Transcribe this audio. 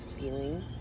feeling